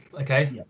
okay